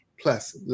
Plus